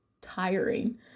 tiring